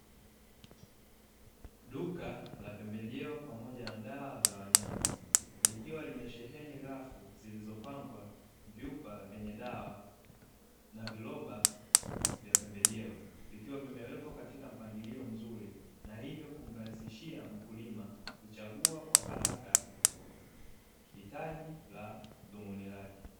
Duka la pembejeo pamoja na dawa za wanyama likiwa limesheheni rafu zilizopangwa vyupa vyenye dawa na viroba vya pembejeo. Vikiwa vimewekwa katika mpangilio mzuri na hivyo kumrahisishia mkulima kuchagua kwa haraka hitaji la dhumuni lake.